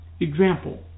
Example